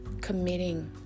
committing